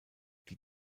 die